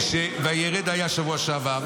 "וירד" היה בשבוע שעבר.